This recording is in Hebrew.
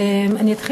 אתחיל